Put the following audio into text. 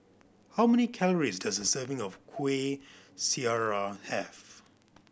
how many calories does a serving of Kueh Syara have